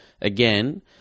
again